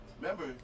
remember